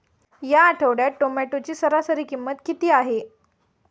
या आठवड्यात टोमॅटोची सरासरी किंमत किती आहे?